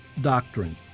doctrine